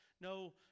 no